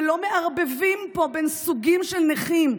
ולא מערבבים פה בין סוגים של נכים.